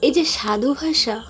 এই যে সাধু ভাষা